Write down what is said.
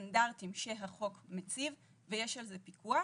בסטנדרטים שהחוק מציב ושיש על זה פיקוח.